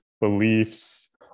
beliefs